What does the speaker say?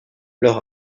leur